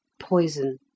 poison